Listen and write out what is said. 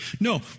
no